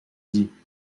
dit